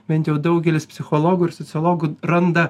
bent jau daugelis psichologų ir sociologų randa